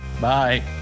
Bye